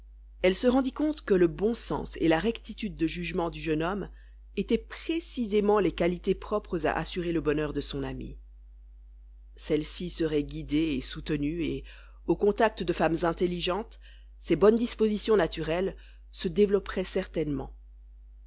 elle se rendit compte que le bon sens et la rectitude de jugement du jeune homme étaient précisément les qualités propres à assurer le bonheur de son amie celle-ci serait guidée et soutenue et au contact de femmes intelligentes ses bonnes dispositions naturelles se développeraient certainement